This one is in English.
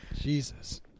Jesus